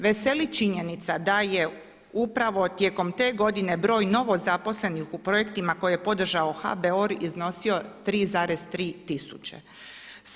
Veseli činjenica da je upravo tijekom te godine broj novozaposlenih u projektima koje je podržao HBOR iznosio 3,3 tisuće.